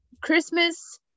Christmas